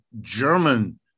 German